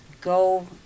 go